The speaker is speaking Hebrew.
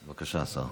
בבקשה, השר.